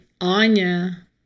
Anya